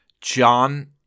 John